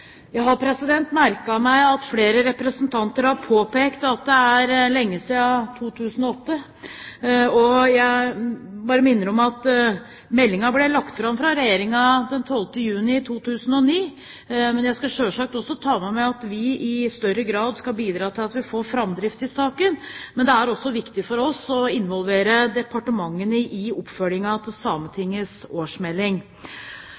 Jeg har merket meg at flere representanter har påpekt at det er lenge siden 2008. Jeg bare minner om at meldingen ble lagt fram fra Regjeringen den 12. juni 2009. Jeg skal selvsagt ta med meg at vi i større grad skal bidra til å få framdrift i saken, men det er også viktig for oss å involvere departementene i oppfølgingen av